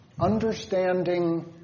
understanding